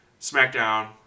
SmackDown